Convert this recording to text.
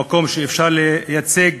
מקום שמייצג